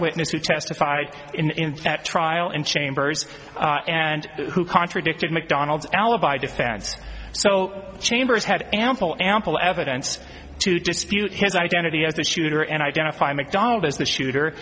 witness who testified in that trial in chambers and who contradicted macdonald's alibi defense so chambers had ample ample evidence to dispute his identity as the shooter and identify mcdonald as the shooter